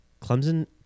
Clemson